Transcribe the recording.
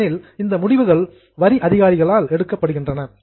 ஏனெனில் இந்த முடிவுகள் டாக்ஸ் அத்தாரிட்டிஸ் வரி அதிகாரிகளால் எடுக்கப்படுகின்றன